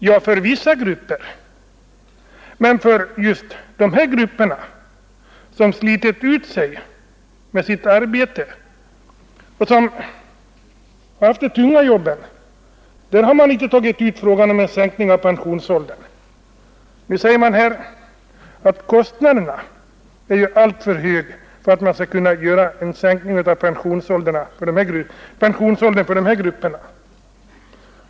Ja, för vissa grupper, men för just de här grupperna som slitit ut sig med sitt arbete och som haft de tunga jobben, har man inte tagit upp frågan om en sänkning av pensionsåldern. Det sägs här att kostnaderna är alltför höga för att man skall kunna sänka pensionsåldern för dessa grupper.